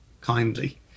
kindly